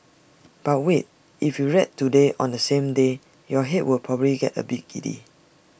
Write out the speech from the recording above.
but wait if you read today on the same day your Head will probably get A bit giddy